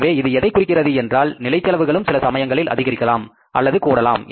எனவே இது எதைக் குறிக்கின்றது என்றால் நிலை செலவுகளும் சில சமயங்களில் அதிகரிக்கலாம் அல்லது கூடலாம்